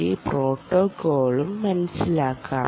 D പ്രോട്ടോക്കോളും മനസ്സിലാക്കാം